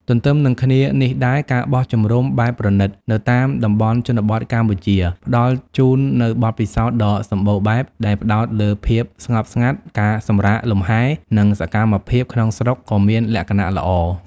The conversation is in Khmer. ទន្ទឹមនិងគ្នានេះដែរ ការបោះជំរំបែបប្រណីត នៅតាមតំបន់ជនបទកម្ពុជាផ្តល់ជូននូវបទពិសោធន៍ដ៏សម្បូរបែប ដែលផ្តោតលើភាពស្ងប់ស្ងាត់ ការសម្រាកលំហែ និងសកម្មភាពក្នុងស្រុក ក៏មានលក្ខណៈល្អ។